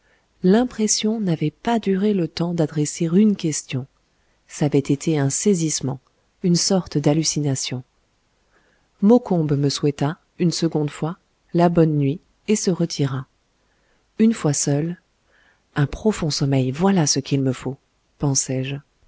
l'impression n'avait pas duré le temps d'adresser une question ç'avait été un saisissement une sorte d'hallucination maucombe me souhaita une seconde fois la bonne nuit et se retira une fois seul un profond sommeil voilà ce qu'il me faut